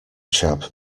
chap